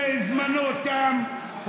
אני חושב שזמנו תם.